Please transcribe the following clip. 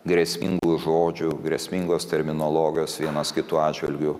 grėsmingų žodžių grėsmingos terminologijos vienas kito atžvilgiu